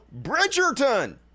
Bridgerton